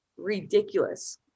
ridiculous